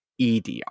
EDR